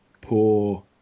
poor